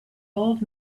old